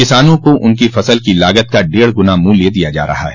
किसानों को उनकी फसल की लागत का डेढ़ गुना मूल्य दिया जा रहा है